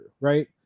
right